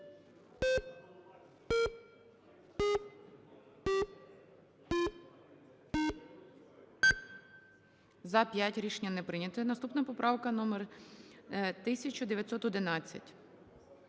За-5 Рішення не прийнято. Наступна поправка номер 1911.